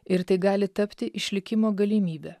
ir tai gali tapti išlikimo galimybe